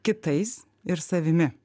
kitais ir savimi